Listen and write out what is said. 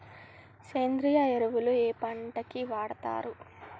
సేంద్రీయ ఎరువులు ఏ పంట కి వాడుతరు?